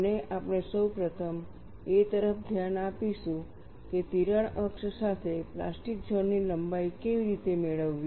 અને આપણે સૌપ્રથમ એ તરફ ધ્યાન આપીશું કે તિરાડ અક્ષ સાથે પ્લાસ્ટિક ઝોન ની લંબાઈ કેવી રીતે મેળવવી